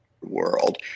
world